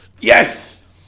Yes